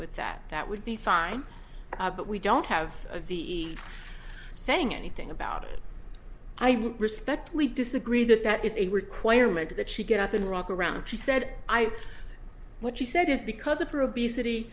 with that that would be fine but we don't have the saying anything about it i respectfully disagree that that is a requirement that she get up and rock around she said i what she said is because the poor obesity